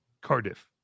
Cardiff